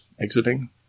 exiting